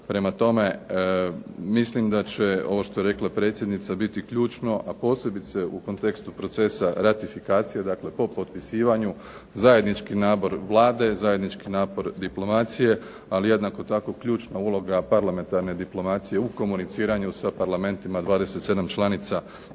Prema tome, mislim ovo što je rekla predsjednica biti ključno, a posebice u kontekstu procesa ratifikacije, dakle po potpisivanju zajednički napor Vlade, zajednički napor diplomacije, ali jednako tako ključna uloga parlamentarne diplomacije u komuniciranju sa parlamentima 27 članica